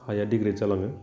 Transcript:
हाया डिग्रेड जालाङो